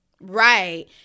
Right